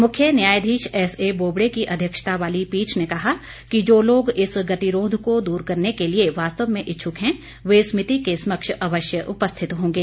मुख्य न्यायाधीश एसए बोबड़े की अध्यक्षता वाली पीठ ने कहा कि जो लोग इस गतिरोध को दूर करने के लिए वास्तव में इच्छुक हैं वे समिति के समक्ष अवश्य उपस्थित होंगे